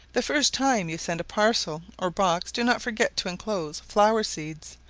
the first time you send a parcel or box, do not forget to enclose flower-seeds,